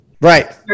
right